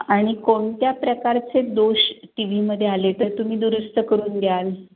आणि कोणत्या प्रकारचे दोष टी व्हीमध्ये आले तर तुम्ही दुरुस्त करून द्याल